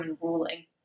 ruling